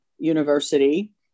University